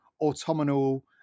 autumnal